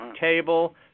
table